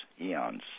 eons